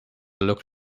look